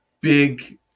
big